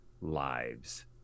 lives